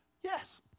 Yes